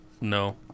No